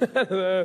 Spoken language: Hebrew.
הוא נמצא.